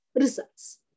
results